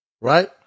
right